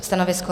Stanovisko?